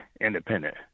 independent